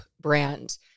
brand